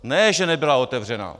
Ne že nebyla otevřena.